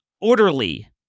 orderly